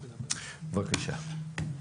בבקשה.